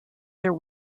there